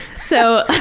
so